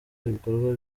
ibikorwa